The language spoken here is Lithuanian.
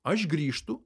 aš grįžtu